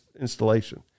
installation